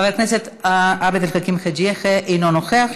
חבר הכנסת עבד אל חאכים חאג' יחיא, אינו נוכח.